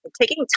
Taking